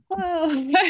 whoa